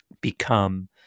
become